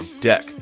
deck